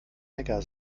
hacker